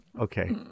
Okay